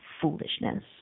foolishness